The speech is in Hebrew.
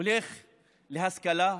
הולך להשכלה,